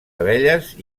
abelles